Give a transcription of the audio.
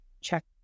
check